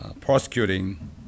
prosecuting